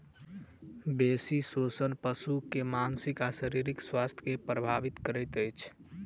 बेसी शोषण पशु के मानसिक आ शारीरिक स्वास्थ्य के प्रभावित करैत अछि